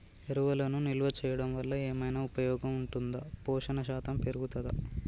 ఎరువులను నిల్వ చేయడం వల్ల ఏమైనా ఉపయోగం ఉంటుందా పోషణ శాతం పెరుగుతదా?